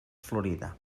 florida